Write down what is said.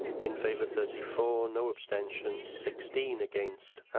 in favour thirty four, no abstentions, sixteen against.